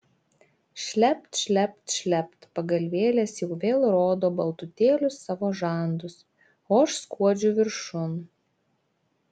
šlept šlept šlept pagalvėlės jau vėl rodo baltutėlius savo žandus o aš skuodžiu viršun